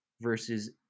versus